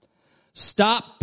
Stop